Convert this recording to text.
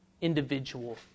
individual